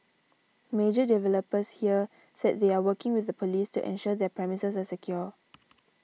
major developers here said they are working with the police to ensure their premises are secure